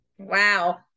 Wow